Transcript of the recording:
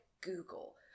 Google